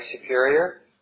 Superior